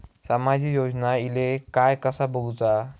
सामाजिक योजना इले काय कसा बघुचा?